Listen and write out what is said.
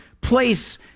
place